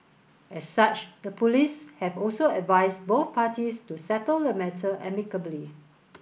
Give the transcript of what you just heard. as such the police have also advised both parties to settle the matter amicably